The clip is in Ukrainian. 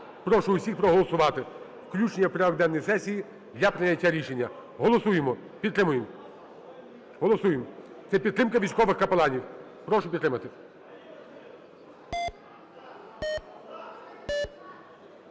Прошу всіх проголосувати. Включення в порядок денний сесії для прийняття рішення. Голосуємо. Підтримуємо. Голосуємо. Це підтримка військових капеланів. Прошу підтримати.